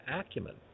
acumen